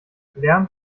lärm